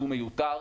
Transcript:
שהוא מיותר.